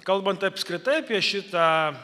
kalbant apskritai apie šitą